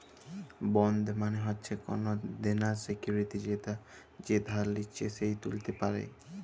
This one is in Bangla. বন্ড মালে হচ্যে কল দেলার সিকুইরিটি যেটা যে ধার লিচ্ছে সে ত্যুলতে পারে